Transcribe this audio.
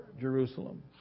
Jerusalem